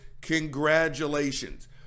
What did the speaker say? Congratulations